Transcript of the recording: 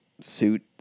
suit